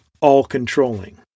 all-controlling